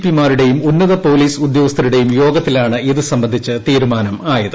P മാരുടേയും ഉന്നത പോലീസ് ഉദ്യോഗസ്ഥരുടെയും യോഗത്തിലാണ് ഇത് സംബന്ധിച്ച് തീരുമാനമായത്